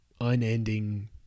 unending